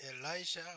Elijah